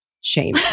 shame